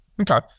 Okay